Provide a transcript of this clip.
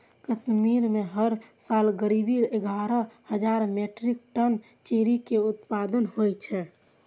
कश्मीर मे हर साल करीब एगारह हजार मीट्रिक टन चेरी के उत्पादन होइ छै